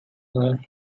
her